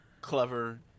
Clever